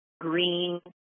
green